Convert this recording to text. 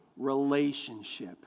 relationship